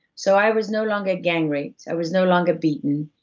so i was no longer gang raped, i was no longer beaten,